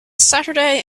saturday